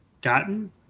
gotten